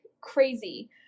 crazy